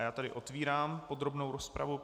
Já tady otevírám podrobnou rozpravu.